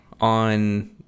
on